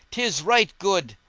tis right good!